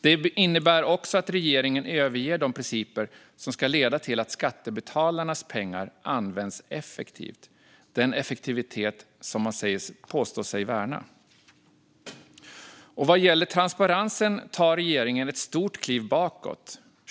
Det innebär också att regeringen överger de principer som ska leda till att skattebetalarnas pengar används effektivt - den effektivitet som man påstår sig värna. Vad gäller transparensen tar regeringen ett stort kliv bakåt.